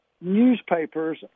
newspaper's